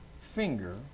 finger